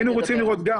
היינו רוצים לראות גם